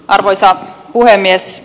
arvoisa puhemies